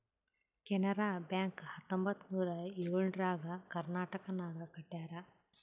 Canara bank ಹತ್ತೊಂಬತ್ತ್ ನೂರಾ ಎಳುರ್ನಾಗ್ ಕರ್ನಾಟಕನಾಗ್ ಕಟ್ಯಾರ್